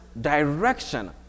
direction